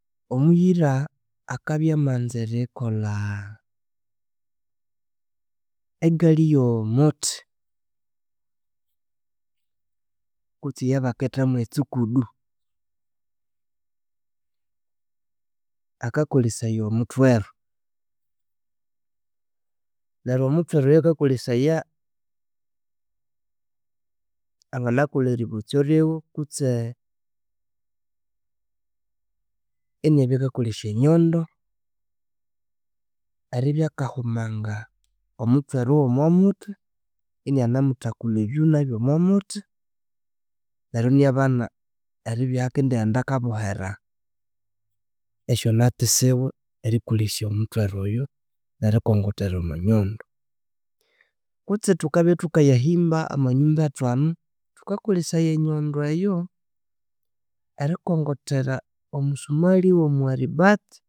Omughira akabya amanza erikolha egalhi yomuthi, kutsi eyabaketha mwetsukudu akakolesaya omutweru. Neryo omwutwero oyo akakolesaya anganakolha eribotso riwe kutse inabya akakolesya enyondo eribya kahumanga omutsweru wumwa muthi inanemuthakulha ebyuna byomwa muthi. Neryo inabana eribya ahakindighenda akabohera esyonathi siwe erikolesya omutwero oyo nerikongothera omwa nyondo. Kutsi thukabya thukayahimba amanyumba ethu anu thukakolesya enyondo eyo erikongothera omusumalhi womwaribathi